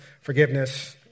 forgiveness